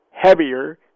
heavier